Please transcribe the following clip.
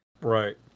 Right